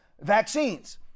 vaccines